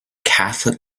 catholic